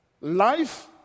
life